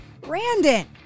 Brandon